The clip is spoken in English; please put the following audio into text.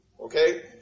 Okay